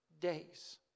days